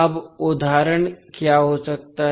अब उदाहरण क्या हो सकता है